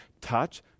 touch